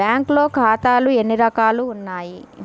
బ్యాంక్లో ఖాతాలు ఎన్ని రకాలు ఉన్నావి?